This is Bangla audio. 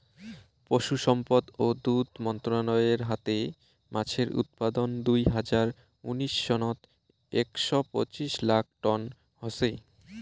পশুসম্পদ ও দুধ মন্ত্রালয়ের মতে মাছের উৎপাদন দুই হাজার উনিশ সনত একশ পঁচিশ লাখ টন হসে